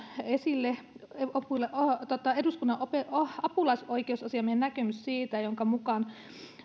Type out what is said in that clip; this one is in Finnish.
esille myös eduskunnan apulaisoikeusasiamiehen näkemys jonka mukaan